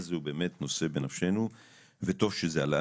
הזה הוא באמת נושא בנפשנו וטוב שזה עלה.